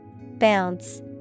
Bounce